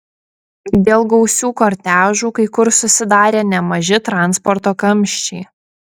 dėl gausių kortežų kai kur susidarė nemaži transporto kamščiai